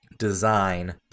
design